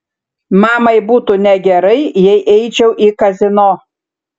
mamai būtų negerai jei eičiau į kazino